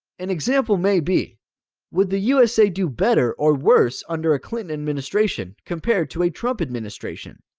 an example may be would the usa do better or worse under a clinton administration, compared to a trump administration?